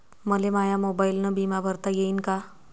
मले माया मोबाईलनं बिमा भरता येईन का?